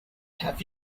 have